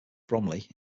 bromley